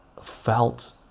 felt